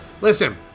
Listen